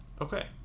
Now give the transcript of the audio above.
Okay